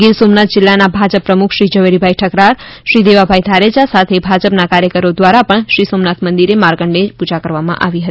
ગીર સોમનાથ જીલ્લાના ભાજપ પ્રમુખ શ્રી ઝવેરીભાઇ ઠકરાર શ્રી દેવાભાઇ ધારેચા સાથે ભાજપના કાર્યકરો દ્વારા પણ શ્રી સોમનાથ મંદિરે માર્કન્ડેય પૂજા કરવામાં આવી હતી